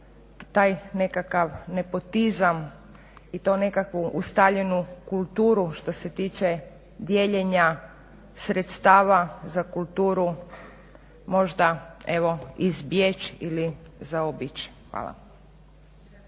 taj nekakav nepotizam i tu nekakvu ustaljenu kulturu što se tiče dijeljenja sredstava za kulturu možda evo izbjeći ili zaobići. Hvala.